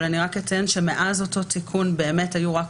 אבל אני רק אציין שמאז אותו תיקון באמת היו רק